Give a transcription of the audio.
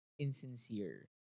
insincere